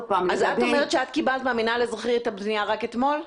אז את אומרת שאת קיבלת מהמינהל האזרחי את הפנייה רק אתמול?